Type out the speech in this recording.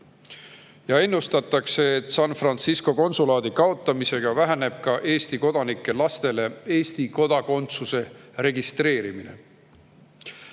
Ennustatakse, et San Francisco konsulaadi kaotamisega väheneb ka Eesti kodanike lastele Eesti kodakondsuse registreerimine. San